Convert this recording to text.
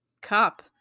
cop